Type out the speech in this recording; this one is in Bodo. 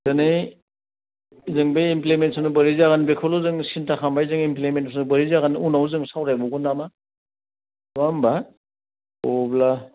दिनै जों बे इमप्लिमेन्टेस'न बोरै जागोन बेखोल' जों सिन्ता खालामबाय जों इमप्लिमेन्टेस'न बोरै जागोन उनाव जों सावरायबावगोन नामा नङा होनबा अब्ला